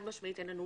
אין לנו